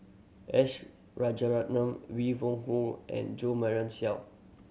S Rajaratnam Wee Hong and Jo Marion Seow